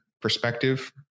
perspective